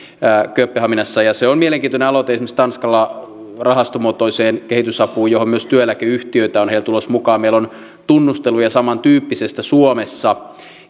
kööpenhaminassa esimerkiksi tanskalla on mielenkiintoinen aloite rahastomuotoisesta kehitysavusta johon myös työeläkeyhtiöitä on heillä tulossa mukaan meillä on tunnusteluja samantyyppisestä suomessa